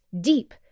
deep